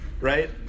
Right